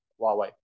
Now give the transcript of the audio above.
huawei